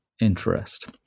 interest